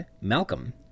Malcolm